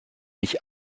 mich